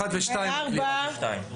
לא, (1) ו-(2)